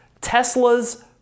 Tesla's